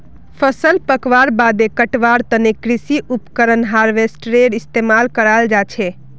फसल पकवार बादे कटवार तने कृषि उपकरण हार्वेस्टरेर इस्तेमाल कराल जाछेक